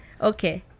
Okay